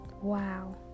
Wow